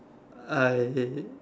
I